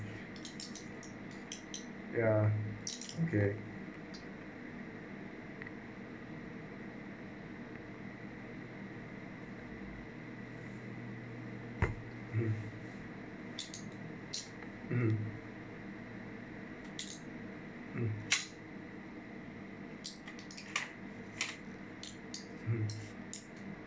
ya okay mm mm mm mm